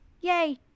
Yay